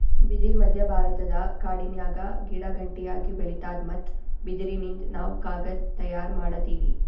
ಬಿದಿರ್ ಮಧ್ಯಭಾರತದ ಕಾಡಿನ್ಯಾಗ ಗಿಡಗಂಟಿಯಾಗಿ ಬೆಳಿತಾದ್ ಮತ್ತ್ ಬಿದಿರಿನಿಂದ್ ನಾವ್ ಕಾಗದ್ ತಯಾರ್ ಮಾಡತೀವಿ